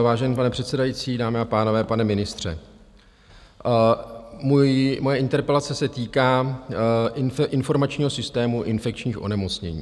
Vážený pane předsedající, dámy a pánové, pane ministře, moje interpelace se týká Informačního systému infekčních onemocnění.